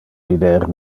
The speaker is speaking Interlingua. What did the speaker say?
vider